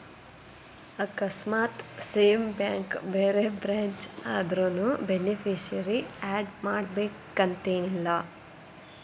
ಆಕಸ್ಮಾತ್ same bank ಬ್ಯಾರೆ branch ಆದ್ರುನೂ ಬೆನಿಫಿಸಿಯರಿ ಆಡ್ ಮಾಡಬೇಕನ್ತೆನಿಲ್ಲಾ